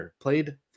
played